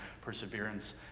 perseverance